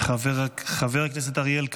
חבר הכנסת אריאל קלנר,